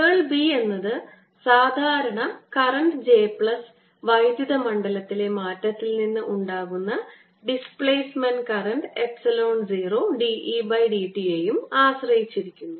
കേൾ B എന്നത് സാധാരണ current J plus വൈദ്യുത മണ്ഡലത്തിലെ മാറ്റത്തിൽ നിന്ന് ഉണ്ടാകുന്ന displacement current epsilon 0 d E by d t യെയും ആശ്രയിച്ചിരിക്കുന്നു